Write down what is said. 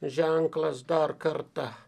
ženklas dar kartą